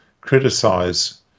criticise